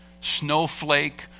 snowflake